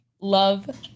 love